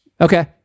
okay